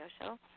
show